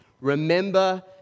Remember